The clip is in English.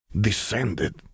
Descended